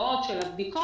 תוצאות של הבדיקות